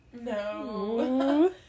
No